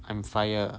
I'm fire